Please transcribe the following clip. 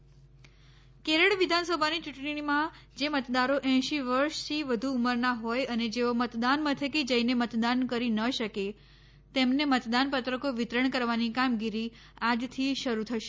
કેરળ ચૂંટણી કેરળ વિધાનસભાની ચુંટણીમાં જે મતદારો એંશી વર્ષથી વધુ ઉંમરનાં હોય અને જેઓ મતદાન મથકે જઈને મતદાન કરી ન શકે તેમને મતદાનપત્રકો વિતરણ કરવાની કામગીરી આજથી શરૂ થશે